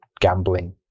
gambling